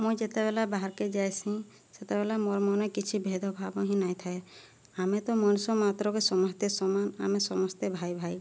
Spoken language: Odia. ମୁଇଁ ଯେତେବେଲେ ବାହାର୍କେ ଯାଇସିଁ ସେତେବେଲେ ମୋର୍ ମନେ କିଛି ଭେଦଭାବ ହିଁ ନାଇଁଥାଏ ଆମେ ତ ମଣିଷ ମାତ୍ରକେ ସମସ୍ତେ ସମାନ ଆମେ ସମସ୍ତେ ଭାଇ ଭାଇ